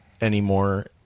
anymore